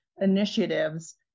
initiatives